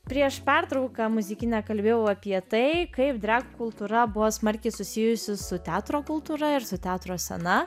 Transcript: prieš pertrauką muzikinę kalbėjau apie tai kaip drag kultūra buvo smarkiai susijusi su teatro kultūra ir su teatro scena